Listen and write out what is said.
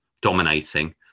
dominating